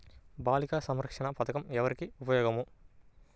బాలిక సంరక్షణ పథకం ఎవరికి ఉపయోగము?